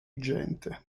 gente